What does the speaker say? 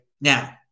now